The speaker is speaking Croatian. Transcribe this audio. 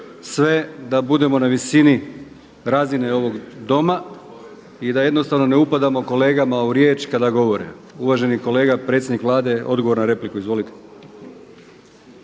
sve da budemo na visini razine ovog Doma i da jednostavno ne upadamo kolegama u riječ kada govore. Uvaženi kolega predsjednik Vlade, odgovor na repliku. Izvolite.